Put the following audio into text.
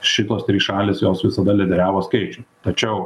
šitos trys šalys jos visada lyderiavo skaičium tačiau